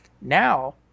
Now